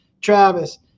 Travis